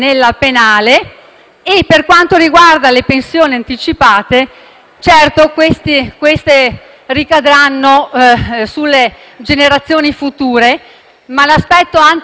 per quanto riguarda le pensioni anticipate, queste certamente ricadranno sulle generazioni future. L'aspetto anticostituzionale